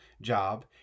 job